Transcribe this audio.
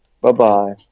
Bye-bye